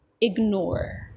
ignore